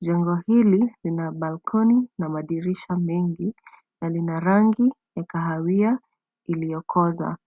Jengo hili lina balkoni na madirisha mengi, na lina rangi ya kahawia iliyokoza.